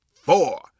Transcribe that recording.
four